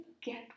get